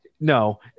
no